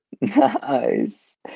Nice